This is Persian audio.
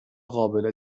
قابل